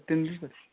ତିନିଦିନ ପରେ